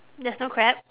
there's no crab